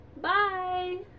bye